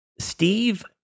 Steve